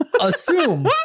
assume